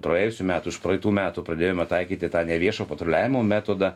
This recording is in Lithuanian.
praėjusių metų užpraeitų metų pradėjome taikyti tą neviešo patruliavimo metodą